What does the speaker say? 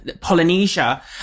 Polynesia